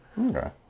Okay